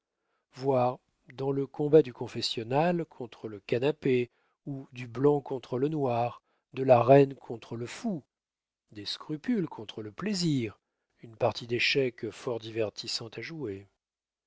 voir dans le combat du confessionnal contre le canapé ou du blanc contre le noir de la reine contre le fou des scrupules contre le plaisir une partie d'échecs fort divertissante à jouer